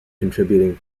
contributing